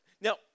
Now